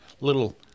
Little